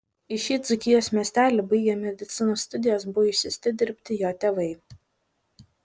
į šį dzūkijos miestelį baigę medicinos studijas buvo išsiųsti dirbti jo tėvai